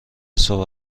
صبح